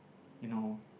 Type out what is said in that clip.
you know